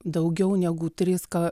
daugiau negu trys ką